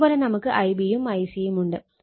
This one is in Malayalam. ഇതേ പോലെ നമുക്ക് Ib യും Ic യും ഉണ്ട്